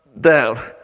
down